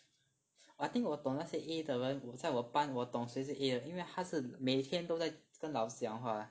I think 我懂那些 A 的人在我班我懂谁是 A 了因为他是每天都在跟老师讲话